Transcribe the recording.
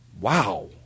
wow